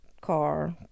car